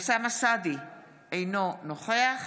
אוסאמה סעדי, אינו נוכח